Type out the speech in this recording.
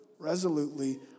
resolutely